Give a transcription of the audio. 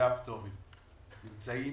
נמצאים